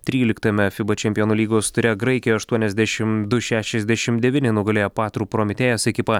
tryliktame fiba čempionų lygos ture graikijoje aštuoniasdešimt du šešiasdešimt devyni nugalėjo patru prometėjas ekipą